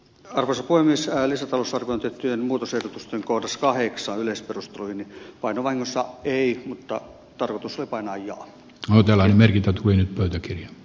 carrus oyssä lisätalousarvion ja työn muutosehdotusten corrskaheksan yleisperustelujen painuvansa ei mutta tarkoitus on painaa ja hotelleja merkityt kuin arvoisa puhemies